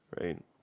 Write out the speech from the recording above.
right